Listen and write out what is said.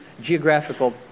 geographical